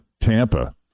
Tampa